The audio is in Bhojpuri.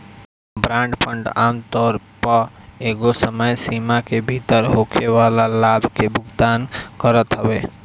बांड फंड आमतौर पअ एगो समय सीमा में भीतर होखेवाला लाभ के भुगतान करत हवे